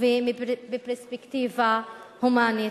ובפרספקטיבה הומנית.